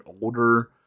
older